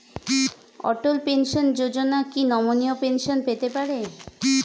অটল pension Yojana কি নমনীয় pension পেতে পারে?